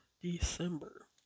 December